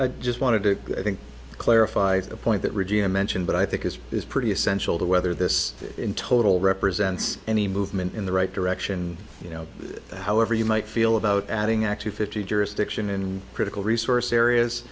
i just wanted to i think clarified the point that regina mentioned but i think it is pretty essential to whether this in total represents any movement in the right direction you know however you might feel about adding actually fifty jurisdiction in critical resource areas